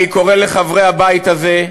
אני קורא לחברי הבית הזה,